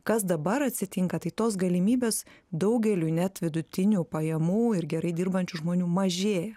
kas dabar atsitinka tai tos galimybės daugeliui net vidutinių pajamų ir gerai dirbančių žmonių mažėja